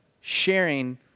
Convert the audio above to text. sharing